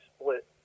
split